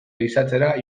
ehizatzera